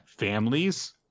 families